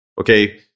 Okay